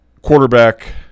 quarterback –